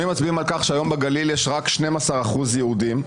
כך שהיום בגליל יש רק 12% יהודים,